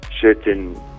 certain